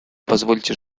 позвольте